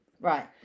Right